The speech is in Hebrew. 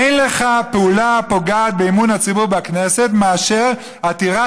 אין לך פעולה הפוגעת באמון הציבור והכנסת מאשר עתירה